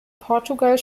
portugal